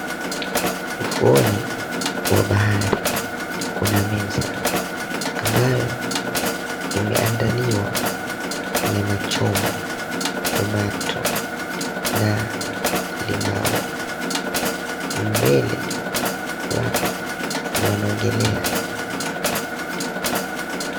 Ufuoni wa bahari. Kuna meza ambayo imeandaliwa nyama choma, tomato na limao. Mbele watu wanaogelea.